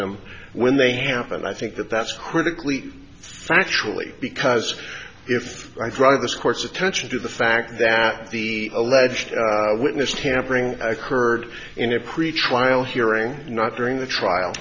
them when they happen i think that that's critically factually because if i drive this court's attention to the fact that the alleged witness tampering occurred in a pretrial hearing not during the trial